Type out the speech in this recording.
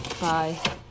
bye